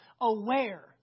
aware